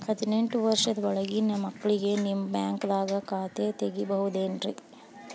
ಹದಿನೆಂಟು ವರ್ಷದ ಒಳಗಿನ ಮಕ್ಳಿಗೆ ನಿಮ್ಮ ಬ್ಯಾಂಕ್ದಾಗ ಖಾತೆ ತೆಗಿಬಹುದೆನ್ರಿ?